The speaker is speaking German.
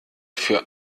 für